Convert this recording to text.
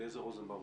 אליעזר רוזנבאום.